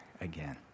again